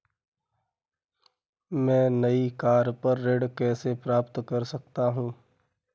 मैं नई कार पर ऋण कैसे प्राप्त कर सकता हूँ?